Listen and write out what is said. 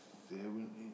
seven eight